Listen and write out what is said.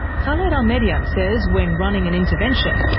khaled al-medyan says when running an intervention,